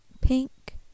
Pink